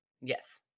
Yes